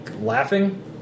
laughing